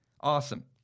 Awesome